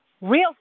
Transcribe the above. real